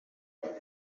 murima